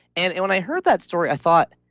and and when i heard that story, i thought,